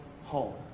home